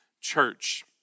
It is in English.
church